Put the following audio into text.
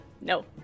No